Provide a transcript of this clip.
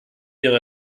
ihre